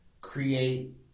create